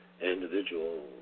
individual